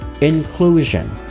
Inclusion